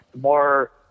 more